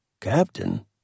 Captain